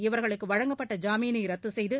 இவர்களுக்கு வழங்கப்பட்ட ஜாமினை ரத்து செய்து